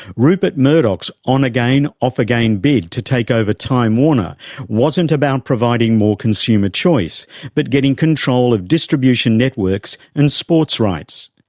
rupert murdoch's on again off again bid to take over time warner wasn't about providing more consumer choice but getting control of distribution networks and sports rights.